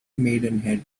maidenhead